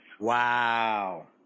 Wow